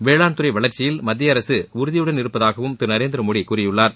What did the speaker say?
வேளாண்துறை வளர்ச்சியில் மத்திய அரசு உறுதியுடன் இருப்பதாகவும் திரு நரேந்திரமோடி கூறியுள்ளார்